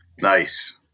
Nice